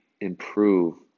improve